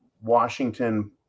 Washington